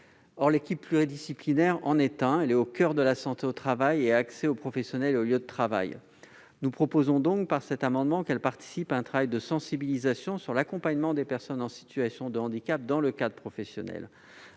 Or l'équipe pluridisciplinaire est au coeur de la santé au travail et a accès aux professionnels et aux lieux de travail. Nous proposons donc, par cet amendement, qu'elle participe à un travail de sensibilisation sur l'accompagnement des personnes en situation de handicap dans le cadre professionnel.